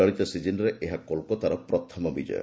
ଚଳିତ ସିଜିନ୍ରେ ଏହା କୋଲକାତାର ପ୍ରଥମ ବିଜୟ